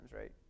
right